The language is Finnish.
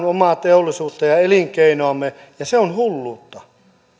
omaa teollisuuttamme ja elinkeinoamme ja se on hulluutta